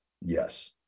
yes